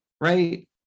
right